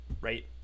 right